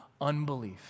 unbelief